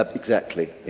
ah exactly.